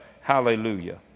Hallelujah